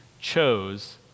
chose